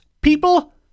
people